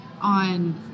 on